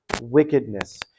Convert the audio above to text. wickedness